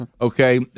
Okay